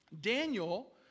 Daniel